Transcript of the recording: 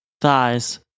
thighs